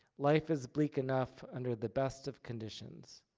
life is bleak enough under the best of conditions.